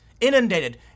Inundated